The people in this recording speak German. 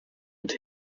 und